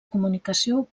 comunicació